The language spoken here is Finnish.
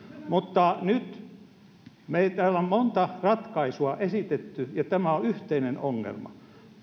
mutta nyt täällä on monta ratkaisua esitetty ja tämä on yhteinen ongelma